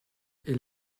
est